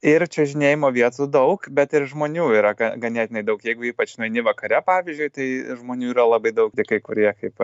ir čiuožinėjimo vietų daug bet ir žmonių yra ga ganėtinai daug jeigu ypač nueini vakare pavyzdžiui tai žmonių yra labai daug tik kai kurie kaip